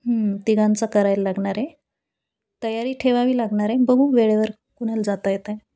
तिघांचा करायला लागणार आहे तयारी ठेवावी लागणार आहे बघू वेळेवर कुणाला जाता येतं आहे